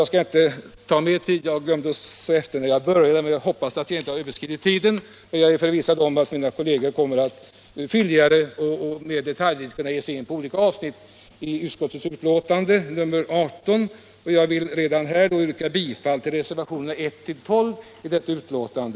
Jag skall inte mera ta kammarens tid i anspråk. Jag hoppas att jag inte har överskridit min debattid. Jag är förvissad om att mina kolleger kommer att fylligare och mera detaljrikt kunna gå in på olika avsnitt i utskottets betänkande nr 18. Jag vill redan nu yrka bifall till reservationerna 1-12 vid detta betänkande.